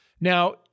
Now